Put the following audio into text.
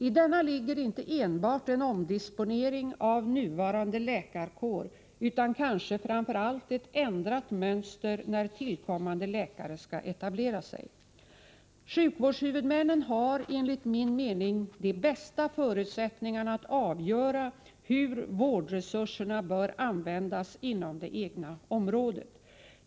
I denna ligger inte enbart en omdisponering av nuvarande läkarkår, utan kanske framför allt ett ändrat mönster när tillkommande läkare skall etablera sig. Sjukvårdshuvudmännen har enligt min mening de bästa förutsättningarna för att avgöra hur vårdresurserna bör användas inom det egna området.